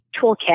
Toolkit